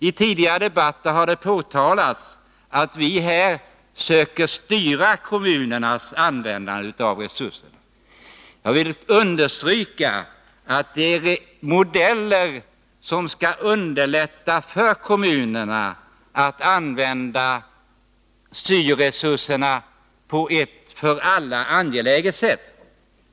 I tidigare debatter har framhållits att vi här söker styra kommunerna när det gäller användningen av resurserna. Jag vill understryka att modellerna syftar till att underlätta för kommunerna att använda syo-resurserna på ett för alla angeläget sätt.